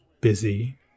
busy